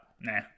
nah